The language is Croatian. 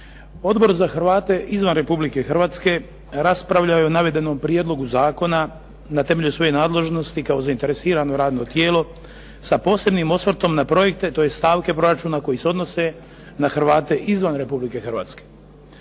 Odbor za Hrvate izvan Republike Hrvatske raspravljao je o navedenom prijedlogu zakona na temelju svoje nadležnosti kao zainteresirano radno tijelo, sa posebnim osvrtom na projekte tj. stavke proračuna koji se odnose na Hrvate izvan Republike Hrvatske.